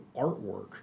artwork